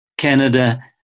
Canada